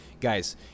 Guys